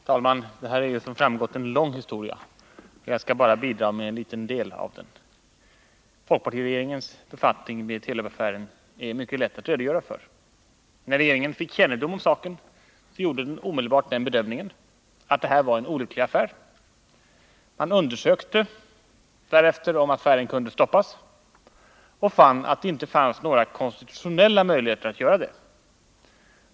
Herr talman! Det här är, som framgått av debatten, en lång historia, och jag skall bara bidra med att återge en liten del av den. Det är mycket lätt att redogöra för folkpartiregeringens befattning med Telubaffären. När regeringen fick kännedom om saken gjorde den omedelbart den bedömningen att det här var en olycklig affär. Man undersökte därefter om affären kunde stoppas men kom fram till att det inte fanns några konstitutionella möjligheter att göra det.